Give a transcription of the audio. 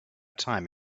time